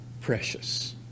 precious